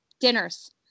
dinners